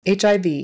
HIV